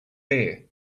bare